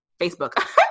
Facebook